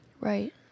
Right